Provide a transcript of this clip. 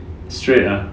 straight lah